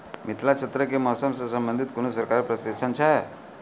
मिथिला क्षेत्रक कि मौसम से संबंधित कुनू सरकारी प्रशिक्षण हेतु छै?